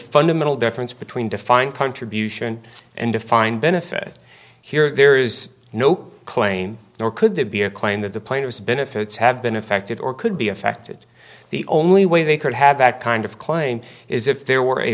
fundamental difference between defined contribution and defined benefit here there is no claim nor could they be a claim that the plaintiffs benefits have been affected or could be affected the only way they could have that kind of claim is if there were a